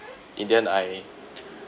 in the end I